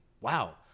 wow